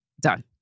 Done